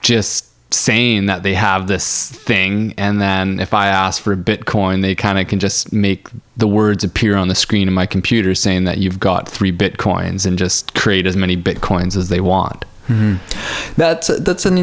just saying that they have this thing and then if i ask for a bitcoin they can it can just make the words appear on the screen of my computer saying that you've got three bitcoins and just create as many big coins as they want that that's an